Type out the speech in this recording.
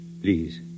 please